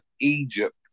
Egypt